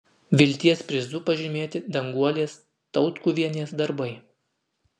vilties prizu pažymėti danguolės tautkuvienės darbai